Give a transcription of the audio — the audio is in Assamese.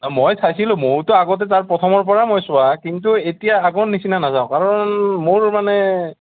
অ মই চাইছিলোঁ ময়োতো আগতে তাৰ প্ৰথমৰ পৰা মই চোৱা কিন্তু এতিয়া আগৰ নিচিনা নাচাওঁ কাৰণ মোৰ মানে